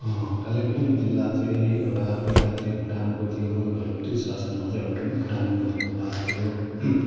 कालिम्पोङ जिल्ला चाहिँ एउटा पहिला चाहिँ भुटानको थियो र ब्रिटिस शासनमा अझ पनि भुटानको हरूको भाग थियो